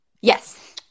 Yes